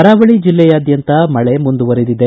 ಕರಾವಳಿ ಜಿಲ್ಲೆಯಾದ್ಯಂತ ಮಳೆ ಮುಂದುವರೆದಿದೆ